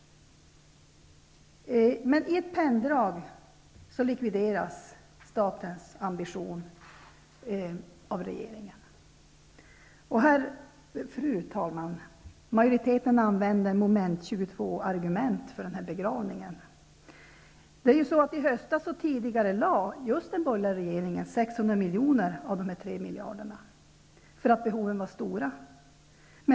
I ett penndrag likvideras statens ambition av regeringen. Fru talman! Majoriteten använder Moment 22 argument för denna begravning. I höstas tidigarelade den borgerliga regeringen utbetalningen av 600 miljoner av dessa 3 miljarder, därför att behoven var stora.